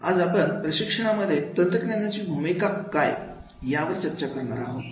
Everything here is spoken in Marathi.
आज आपण प्रशिक्षणामध्ये तंत्रज्ञानाची भूमिका याविषयी चर्चा करणार आहोत